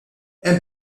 hemm